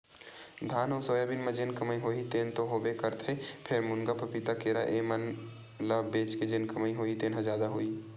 धान अउ सोयाबीन म जेन कमई होही तेन तो होबे करथे फेर, मुनगा, पपीता, केरा ए मन ल बेच के जेन कमई होही तेन ह जादा होही